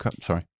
Sorry